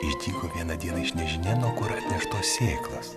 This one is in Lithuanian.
išdygo vieną dieną iš nežinia kur atneštos sėklos